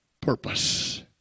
purpose